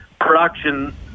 production